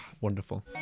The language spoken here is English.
Wonderful